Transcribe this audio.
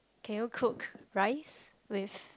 can you cook rice with